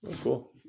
cool